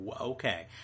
Okay